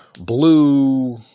Blue